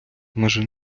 межи